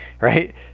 Right